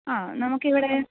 ആ നമുക്ക് ഇവിടെ